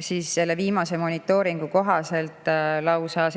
siis selle viimase monitooringu kohaselt on lausa 76%